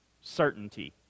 certainty